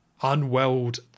unweld